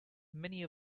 many